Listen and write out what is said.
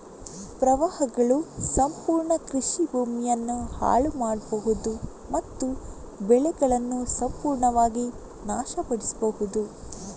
ಪ್ರವಾಹಗಳು ಸಂಪೂರ್ಣ ಕೃಷಿ ಭೂಮಿಯನ್ನ ಹಾಳು ಮಾಡ್ಬಹುದು ಮತ್ತು ಬೆಳೆಗಳನ್ನ ಸಂಪೂರ್ಣವಾಗಿ ನಾಶ ಪಡಿಸ್ಬಹುದು